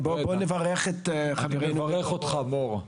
אני מברך אותך, מור.